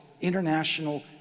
international